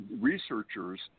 researchers